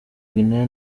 guinea